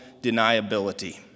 deniability